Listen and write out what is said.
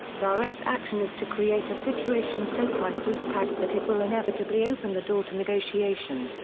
direct action is to create a situation so crisis-packed that it will inevitably open the door to negotiation.